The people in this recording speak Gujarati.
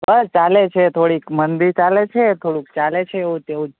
બસ ચાલે છે થોડીક મંદી ચાલે છે થોડુંક ચાલે છે એવું તેવું